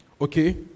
okay